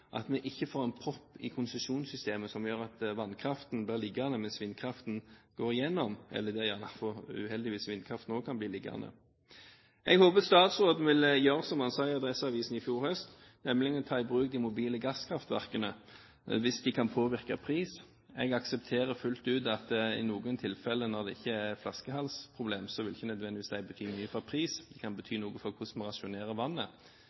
at vi ikke får en propp i konsesjonssystemet som gjør at vannkraften blir liggende, mens vindkraften går igjennom – eller der gjerne, uheldigvis, vindkraften også kan bli liggende. Jeg håper statsråden vil gjøre som ha sa i Adresseavisen i fjor høst, nemlig å ta i bruk de mobile gasskraftverkene, hvis de kan påvirke pris. Jeg aksepterer fullt ut at i noen tilfeller, når det ikke er flaskehalsproblemer, vil de ikke nødvendigvis bety mye for pris, det kan bety noe for hvordan vi rasjonerer vannet.